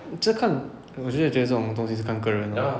这个我觉得这种东西是看个人的